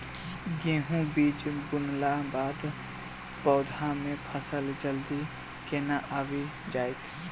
गेंहूँ बीज बुनला बाद पौधा मे फसल जल्दी केना आबि जाइत?